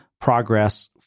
progress